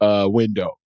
window